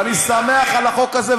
ואני שמח על החוק הזה,